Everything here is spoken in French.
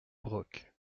broc